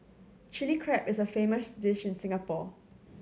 Chilli Crab is a famous dish in Singapore